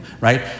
right